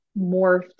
morphed